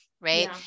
right